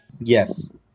Yes